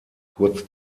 kurz